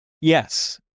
yes